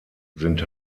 sind